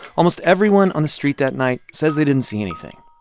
almost everyone on the street that night says they didn't see anything.